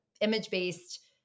image-based